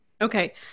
Okay